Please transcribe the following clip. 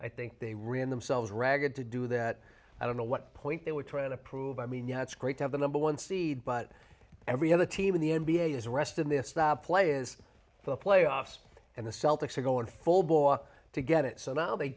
i think they ran themselves ragged to do that i don't know what point they were trying to prove i mean you know it's great to have the number one seed but every other team in the n b a is rest in the play is the playoffs and the celtics are going full bore to get it so now they